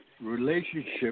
relationship